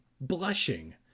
blushing